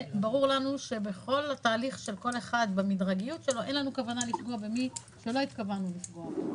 ברור לנו שבכל התהליך אין לנו כוונה לפגוע במי שלא התכוונו לפגוע בו,